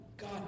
God